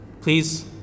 Please